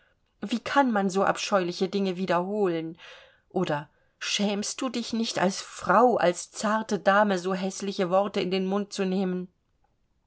wie kann man so abscheuliche dinge wiederholen oder schämst du dich nicht als frau als zarte dame so häßliche worte in den mund zu nehmen